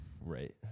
Right